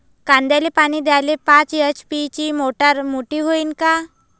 कांद्याले पानी द्याले पाच एच.पी ची मोटार मोटी व्हईन का?